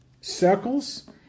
circles